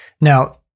Now